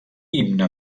himne